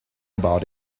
about